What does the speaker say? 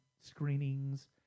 screenings